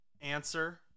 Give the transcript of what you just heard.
answer